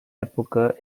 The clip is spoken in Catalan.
època